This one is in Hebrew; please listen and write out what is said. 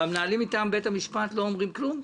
והמנהלים מטעם בית המשפט לא אומרים כלום?